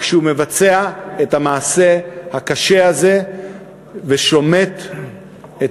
כשהוא מבצע את המעשה הקשה הזה ושומט את